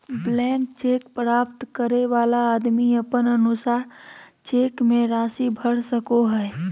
blank cheque प्राप्त करे वाला आदमी अपन अनुसार चेक मे राशि भर सको हय